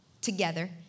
together